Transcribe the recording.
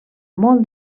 molt